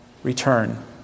Return